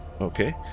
okay